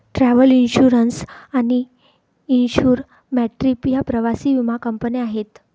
travel insurance आणि insure my trip या प्रवासी विमा कंपन्या आहेत